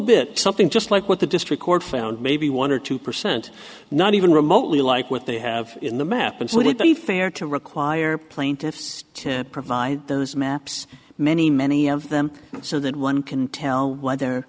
bit something just like what the district court found maybe one or two percent not even remotely like what they have in the map and would it be fair to require plaintiffs to provide those maps many many of them so that one can tell wh